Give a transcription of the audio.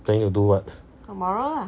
planning to do what